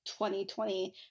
2020